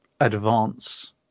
advance